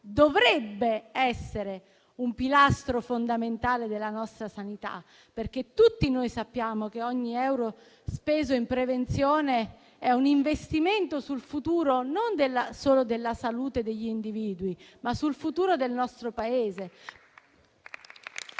dovrebbe essere un pilastro fondamentale della nostra sanità, perché tutti noi sappiamo che ogni euro speso in prevenzione è un investimento sul futuro, non solo della salute degli individui, ma sul futuro del nostro